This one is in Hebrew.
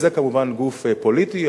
וזה כמובן גוף פוליטי.